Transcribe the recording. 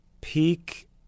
peak